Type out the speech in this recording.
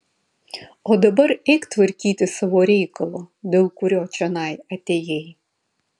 o dabar eik tvarkyti savo reikalo dėl kurio čionai atėjai